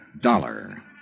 Dollar